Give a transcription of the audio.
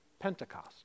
pentecost